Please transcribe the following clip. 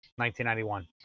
1991